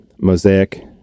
Mosaic